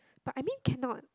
but I mean cannot